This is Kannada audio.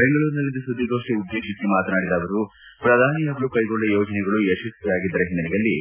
ಬೆಂಗಳೂರಿನಲ್ಲಿಂದು ಸುದ್ದಿಗೋಷ್ಠಿ ಉದ್ದೇಶಿಸಿ ಮಾತನಾಡಿದ ಅವರು ಪ್ರಧಾನಿ ಅವರು ಕೈಗೊಂಡ ಯೋಜನೆಗಳು ಯಶಸ್ವಿಯಾಗಿದ್ದರ ಹಿನ್ನೆಲೆಯಲ್ಲಿ